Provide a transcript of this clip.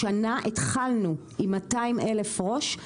השנה התחלנו עם 200 אלף ראש,